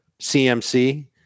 CMC